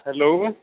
hello